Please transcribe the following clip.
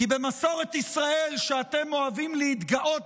כי במסורת ישראל שאתם אוהבים להתגאות